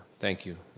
thank you.